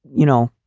you know,